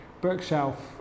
bookshelf